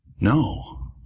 No